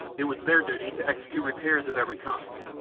it was their duty to execute repairs of every kind,